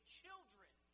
children